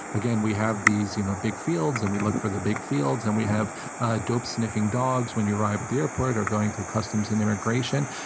again, we have these you know big fields. and we look for these big fields, and we have dope-sniffing dogs when you arrive at the airport or going through customs and immigration,